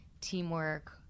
teamwork